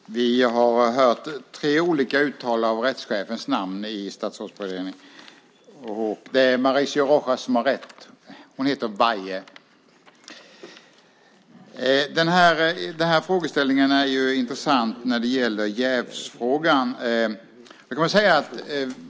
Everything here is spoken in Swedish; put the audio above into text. Herr talman! Vi har hört tre olika uttal av namnet på rättschefen i Statsrådsberedningen. Det är Mauricio Rojas som har rätt om namnet. Hon heter Weihe. De här frågeställningarna är intressanta när det gäller jävsfrågan.